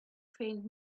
faint